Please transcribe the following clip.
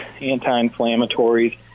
anti-inflammatories